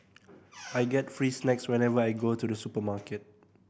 I get free snacks whenever I go to the supermarket